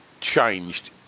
changed